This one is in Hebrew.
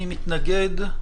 מי מתנגד?